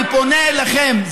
אני פונה אליכם,